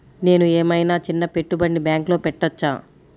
నేను ఏమయినా చిన్న పెట్టుబడిని బ్యాంక్లో పెట్టచ్చా?